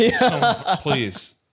Please